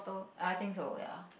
I think so ya